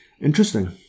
interesting